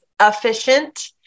efficient